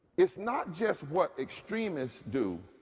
is not just what extremist do.